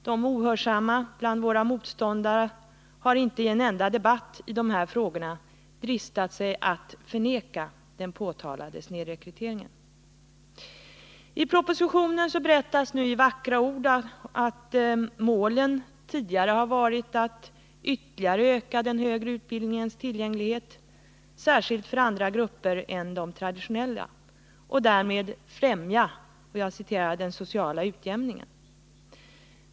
De ohörsamma bland våra motståndare har inte i en enda debatt om de här frågorna dristat sig till att förneka nämnda snedrekrytering. I propositionen använder man sig av vackra ord om att målen tidigare har varit att ytterligare öka den högre utbildningens tillgänglighet, särskilt för andra studerandegrupper än de traditionella och att därmed främja ”den sociala utjämningen”.